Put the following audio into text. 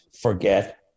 forget